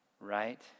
right